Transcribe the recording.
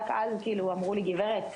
רק אז כאילו אמרו לי "גברת,